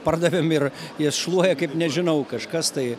pardavėm ir jas šluoja kaip nežinau kažkas tai